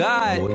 God